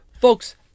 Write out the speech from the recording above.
Folks